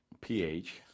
pH